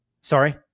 sorry